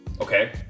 okay